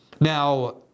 Now